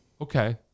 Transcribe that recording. okay